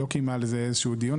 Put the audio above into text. לא קיימה על זה איזשהו דיון,